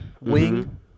wing